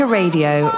Radio